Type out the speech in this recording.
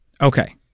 Okay